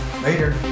Later